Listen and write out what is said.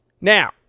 Now